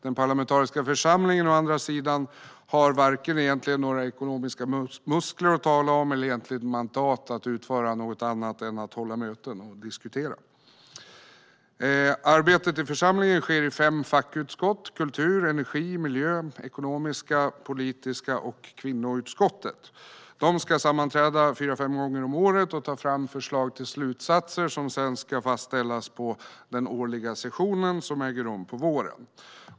Den parlamentariska församlingen å andra sidan har varken några ekonomiska muskler att tala om eller något mandat att utföra något annat än att hålla möten och diskutera. Arbetet i församlingen sker i fem fackutskott. Det är utskott för kultur, energi och miljö, ekonomi, politik och kvinnor. Utskotten ska sammanträda fyra fem gånger om året och ta fram förslag till slutsatser som sedan ska fastställas på den årliga sessionen, som äger rum på våren.